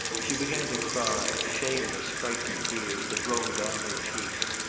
she began to cry, shameless frightened tears that rolled down her cheeks.